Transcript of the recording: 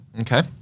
Okay